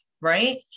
right